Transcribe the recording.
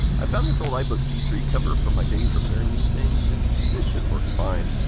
i found this old ibook g three cover from my days repairing these things. and this should work fine.